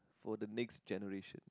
for the next generation